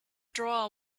drawer